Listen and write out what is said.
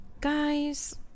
Guys